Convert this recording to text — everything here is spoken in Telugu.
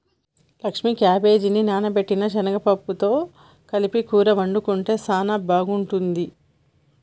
లక్ష్మీ క్యాబేజిని నానబెట్టిన పచ్చిశనగ పప్పుతో కలిపి కూర వండుకుంటే సానా బాగుంటుంది